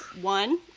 one